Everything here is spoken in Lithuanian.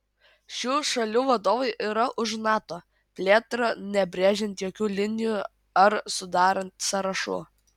šių šalių vadovai yra už nato plėtrą nebrėžiant jokių linijų ar sudarant sąrašų